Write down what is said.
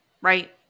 Right